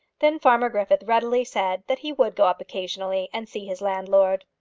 then farmer griffith readily said that he would go up occasionally and see his landlord.